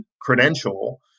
credential